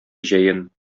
җәен